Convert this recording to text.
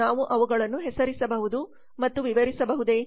ನಾವು ಅವುಗಳನ್ನು ಹೆಸರಿಸಬಹುದು ಮತ್ತು ವಿವರಿಸಬಹುದೇ